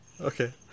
okay